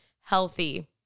healthy